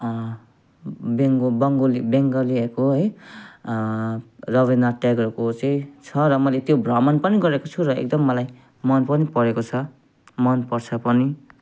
बङ्गा बङ्गाली बङ्गालीहरूको है रवीन्द्रनाथ टेगोरको चाहिँ छ र मैले त्यो भ्रमण पनि गरेको छु र एकदम मलाई मन पनि परेको छ मनपर्छ पनि